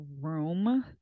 room